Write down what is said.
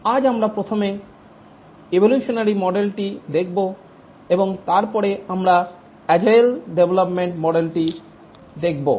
আজ আমরা প্রথমে এভোলিউশনারী মডেলটি দেখব এবং তারপরে আমরা আজেইল ডেভলপমেন্ট মডেলটি দেখব